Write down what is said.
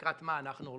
לקראת מה אנחנו הולכים.